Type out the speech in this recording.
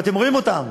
ואתם רואים אותם,